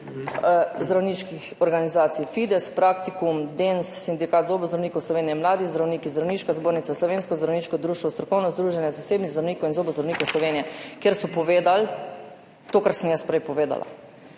zdravniških organizacij Fides, Praktikum, DENS – Sindikat zobozdravnikov Slovenije, Mladi zdravniki, Zdravniška zbornica, Slovensko zdravniško društvo, Strokovno združenje zasebnih zdravnikov in zobozdravnikov Slovenije, kjer so povedali to, kar sem jaz prej povedala.